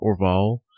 Orval